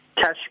cash